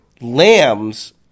Lambs